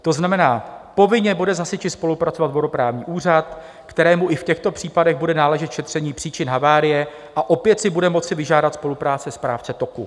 To znamená, povinně bude s hasiči spolupracovat vodoprávní úřad, kterému i v těchto případech bude náležet šetření příčin havárie, a opět si bude moci vyžádat spolupráci správce toku.